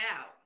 out